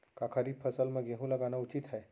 का खरीफ फसल म गेहूँ लगाना उचित है?